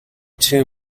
two